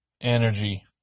energy